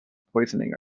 poisoning